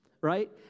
Right